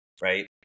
right